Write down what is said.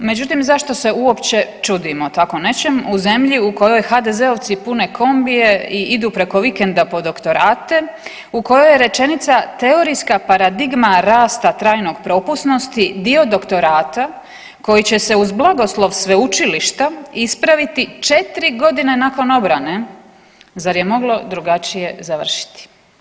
Međutim zašto se uopće čudimo tako nečem u zemlji u kojoj HDZ-ovci pune kombije i idu preko vikenda po doktorate, u kojoj je rečenica teorijska paradigma rasta trajnog propusnosti dio doktorata koji će se uz blagoslov sveučilišta ispraviti 4 godine nakon obrane, zar je moglo drugačije završiti?